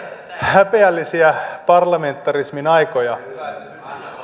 häpeällisiä parlamentarismin aikoja